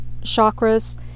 chakras